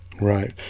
right